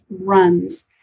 runs